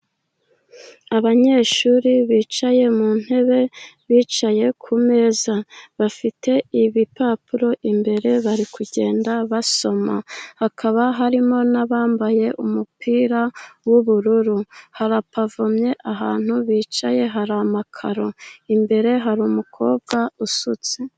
Abanyeshuri bicaye mu ntebe, bicaye ku meza. Bafite ibipapuro imbere bari kugenda basoma, hakaba harimo n'abambaye umupira w'ubururu. Harapavomye ahantu bicaye, hari amakaro, imbere hari umukobwa usutse.